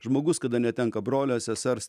žmogus kada netenka brolio sesers